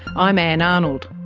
i'm ann arnold.